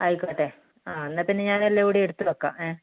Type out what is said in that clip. ആയിക്കോട്ടെ ആ എന്നാൽ പിന്നെ ഞാൻ എല്ലാം ഇവിടെ എടുത്ത് വെക്കാം ഏ